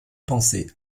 pensée